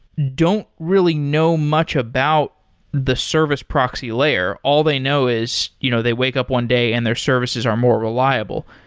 don't really know much about the service proxy layer. all they know is you know they wake up one day and their services are more reliable.